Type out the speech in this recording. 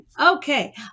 Okay